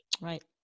Right